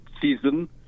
season